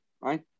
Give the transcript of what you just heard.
right